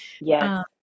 Yes